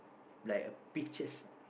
like a pictures ah